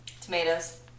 Tomatoes